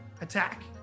attack